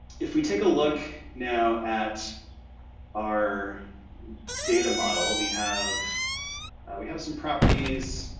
if we take a look now at our data model, we have we have some properties,